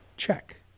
check